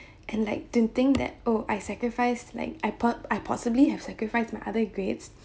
and like to think that oh I sacrificed like I po~ I possibly have sacrificed my other grades